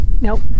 Nope